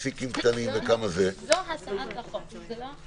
סתם מסקרנות, על ההצעה של יואב סגלוביץ, שלא תהיה